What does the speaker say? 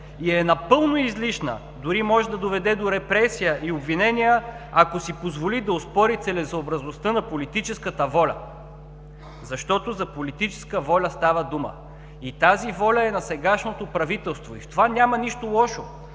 и е напълно излишна, дори може да доведе до репресия и обвинения, ако си позволи да оспори целесъобразността на политическата воля, защото за политическа воля става дума! И тази воля е на сегашното правителство – в това няма нищо лошо.